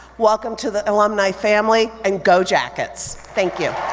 welcome to the alumni family and go jackets, thank you.